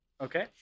Okay